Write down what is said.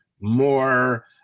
more